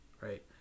right